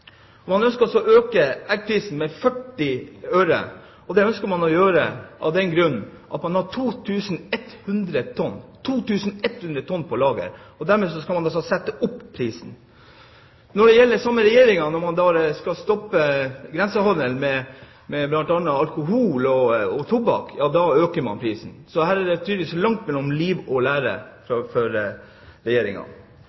Man ønsker altså å øke eggprisen med 40 øre, og det ønsker man å gjøre av den grunn at man har 2 100 tonn på lager – dermed skal man altså sette opp prisen. Samme regjering øker prisen når man skal stoppe grensehandelen med bl.a. alkohol og tobakk. Her er det tydeligvis langt mellom liv og lære